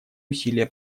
усилия